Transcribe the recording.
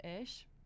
ish